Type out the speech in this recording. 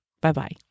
Bye-bye